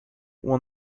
won